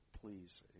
please